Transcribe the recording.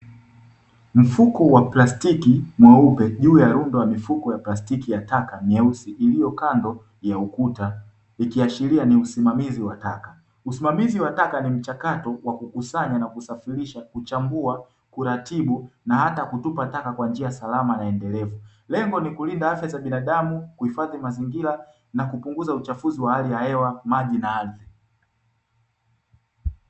Mfuko wa plastiki mweupe juu ya rundu la mifuko ya plastiki ya taka mieusi iliokando la eneo la kuta inaashiria usimamizi wa taka. Usimamizi wa taka ni mchakato wa kuchambua kuratibu na hata kutupa taka katika njia salama na endelevu. Lengo nikulinda afya za binadamu na kuhifadhi mazingira na kupunguza uchafuzi wa hali ya hewa, maji na ardhi.